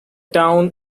town